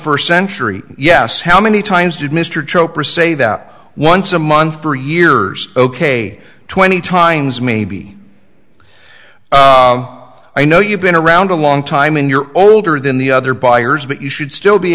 first century yes how many times did mr cho perceval once a month for years ok twenty times maybe i know you've been around a long time and you're older than the other buyers but you should still be